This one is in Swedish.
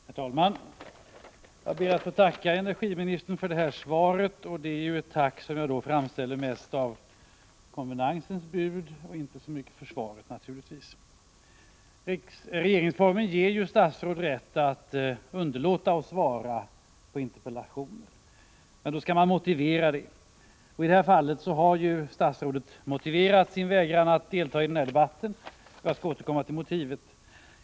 Herr talman! Jag ber att få tacka energiministern för svaret. Det är ett tack som jag mest framställer enligt konvenansens bud, inte så mycket för svaret naturligtvis. Regeringsformen ger ju statsråd rätt att underlåta att svara på interpellationer. Då skall man motivera det. I det här fallet har statsrådet motiverat sin vägran att delta i en debatt. Jag skall återkomma till motivet.